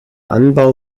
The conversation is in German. anbau